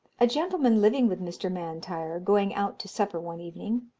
a gentleman living with mr. m'intyre, going out to supper one evening,